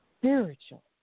spiritual